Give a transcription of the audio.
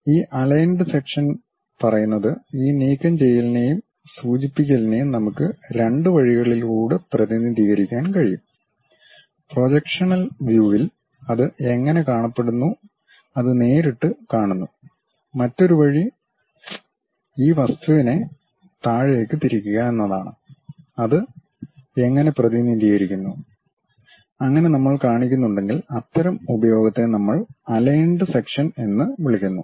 ഈ aligned section പറയുന്നത് ഈ നീക്കംചെയ്യലിനെയും സൂചിപ്പിക്കലിനേയും നമുക്ക് രണ്ട് വഴികളിലൂടെ പ്രതിനിധീകരിക്കാൻ കഴിയും പ്രൊജക്ഷണൽ വ്യൂവിൽ അത് എങ്ങനെ കാണപ്പെടുന്നു അതു നേരിട്ട് കാണുന്നു മറ്റൊരു വഴി ഈ വസ്തുവിനെ താഴേക്ക് തിരിക്കുക എന്നതാണ്അത് എങ്ങനെ പ്രതിനിധീകരിക്കുന്നു അങ്ങനെ നമ്മൾ കാണിക്കുന്നുണ്ടെങ്കിൽ അത്തരം ഉപയോഗത്തെ നമ്മൾ അലൈൻഡ് സെക്ഷൻ എന്ന് വിളിക്കുന്നു